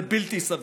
זה בלתי סביר.